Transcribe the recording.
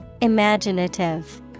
Imaginative